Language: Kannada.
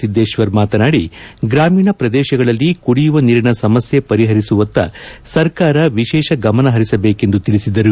ಸಿದ್ದೇಶ್ವರ್ ಮಾತನಾಡಿ ಗ್ರಾಮೀಣ ಪ್ರದೇಶಗಳಲ್ಲಿ ಕುಡಿಯುವ ನೀರಿನ ಸಮಸ್ಕೆ ಪರಿಪರಿಸುವತ್ತ ಸರ್ಕಾರ ವಿಶೇಷ ಗಮನ ಪರಿಸಬೇಕೆಂದು ತಿಳಿಸಿದರು